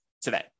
today